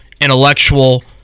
intellectual